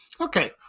Okay